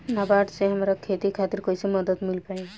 नाबार्ड से हमरा खेती खातिर कैसे मदद मिल पायी?